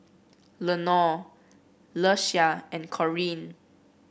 Lenore Ieshia and Corine